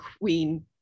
Queen